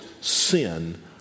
sin